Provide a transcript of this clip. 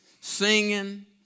singing